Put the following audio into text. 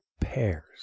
pairs